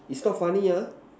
it's not funny ah